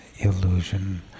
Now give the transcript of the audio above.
illusion